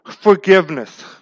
forgiveness